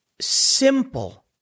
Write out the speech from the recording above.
simple